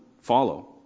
follow